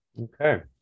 Okay